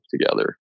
together